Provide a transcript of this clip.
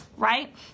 right